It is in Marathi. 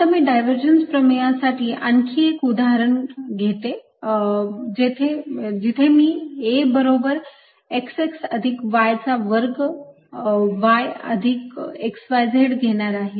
आता मी डायव्हर्जन्स प्रमेयसाठी पुन्हा एक उदाहरण घेते जिथे मी A बरोबर x x अधिक y चा वर्ग y अधिक x y z घेणार आहे